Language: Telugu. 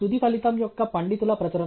తుది ఫలితం యొక్క పండితుల ప్రచురణ